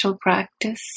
practice